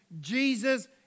Jesus